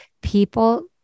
people